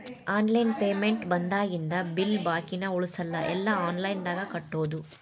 online payment ಬಂದಾಗಿಂದ bill ಬಾಕಿನ ಉಳಸಲ್ಲ ಎಲ್ಲಾ ಆನ್ಲೈನ್ದಾಗ ಕಟ್ಟೋದು